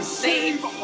save